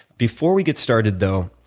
before we get started though,